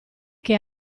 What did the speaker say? che